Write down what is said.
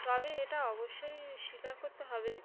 তবে এটা অবশ্যই স্বীকার করতে হবে